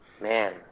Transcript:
Man